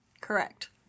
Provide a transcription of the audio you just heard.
Correct